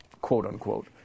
quote-unquote